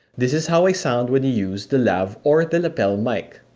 this is how i sound when you use the lav, or the lapel mic.